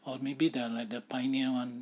or maybe they are like the pioneer [one]